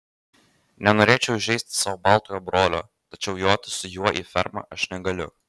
nenorėčiau įžeisti savo baltojo brolio tačiau joti su juo į fermą aš negaliu